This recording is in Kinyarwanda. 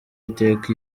iteka